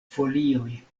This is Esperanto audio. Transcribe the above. folioj